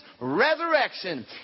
resurrection